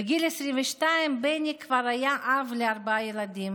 בגיל 22 בני כבר היה אב לארבעה ילדים,